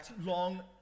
long